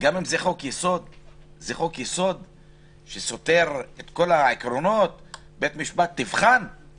שזה חוק יסוד שסותר את כל העקרונות ולבקש מבית המשפט שיבחן את זה?